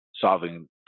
solving